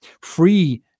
free